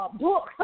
book